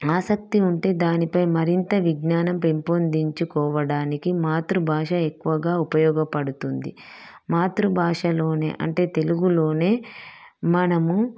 ఆసక్తి ఉంటే దానిపై మరింత విజ్ఞానం పెంపొందించుకోవడానికి మాతృభాష ఎక్కువగా ఉపయోగపడుతుంది మాతృభాషలోనే అంటే తెలుగులోనే మనము